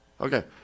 Okay